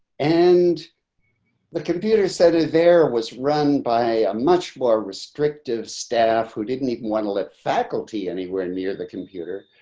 and the computer said ah there was run by a much more restrictive staff who didn't even want to let faculty anywhere near the computer,